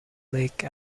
lake